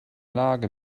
lage